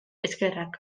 ezkerrak